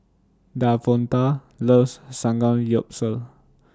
Davonta loves Samgyeopsal